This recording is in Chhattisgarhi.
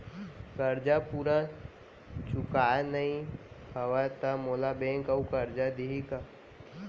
करजा पूरा चुकोय नई हव त मोला बैंक अऊ करजा दिही का?